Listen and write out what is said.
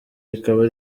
rikaba